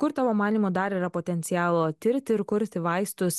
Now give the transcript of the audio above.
kur tavo manymu dar yra potencialo tirti ir kurti vaistus